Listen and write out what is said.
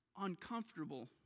uncomfortable